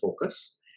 focus